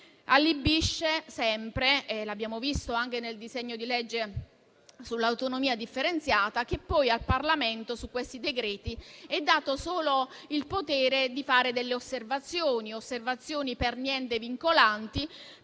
allibisce sempre - l'abbiamo visto anche con il disegno di legge sull'autonomia differenziata - è che poi al Parlamento su questi decreti è dato solo il potere di fare osservazioni, per niente vincolanti,